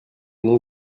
nom